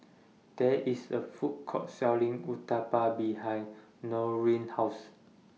There IS A Food Court Selling Uthapam behind Norine's House